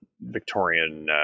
Victorian